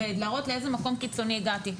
להראות לאיזה מקום קיצוני הגעתי.